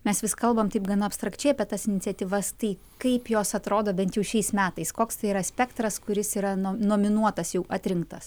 mes vis kalbam taip gana abstrakčiai apie tas iniciatyvas tai kaip jos atrodo bent jau šiais metais koks tai yra spektras kuris yra no nominuotas jau atrinktas